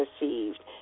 received